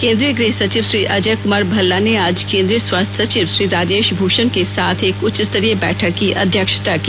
केन्द्रीय गृह सचिव श्री अजय कुमार भल्ला ने आज केन्द्रीय स्वास्थ्य सचिव श्री राजेश भूषण के साथ एक उच्च स्तरीय बैठक की अध्यक्षता की